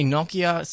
Nokia